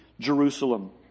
Jerusalem